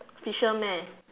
fisherman